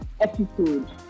episode